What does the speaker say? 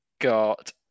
got